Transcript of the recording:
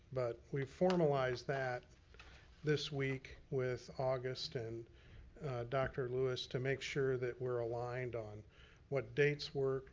but we formalized that this week with august and dr. lewis to make sure that we're aligned on what dates work,